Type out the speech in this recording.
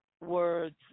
words